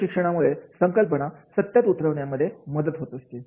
असे शिक्षणामुळे संकल्पना सत्यात उतरवण्यासाठी मदत होत असते